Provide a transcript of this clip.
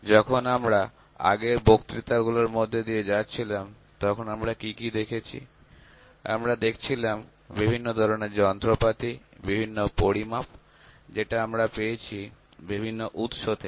যখন আমরা আগের বক্তৃতা গুলোর মধ্যে দিয়ে যাচ্ছিলাম তখন আমরা কি কি দেখেছি আমরা দেখছিলাম বিভিন্ন ধরনের যন্ত্রপাতি বিভিন্ন পরিমাপ যেটা আমরা পেয়েছি বিভিন্ন উৎস থেকে